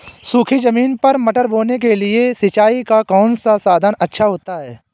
सूखी ज़मीन पर मटर बोने के लिए सिंचाई का कौन सा साधन अच्छा होता है?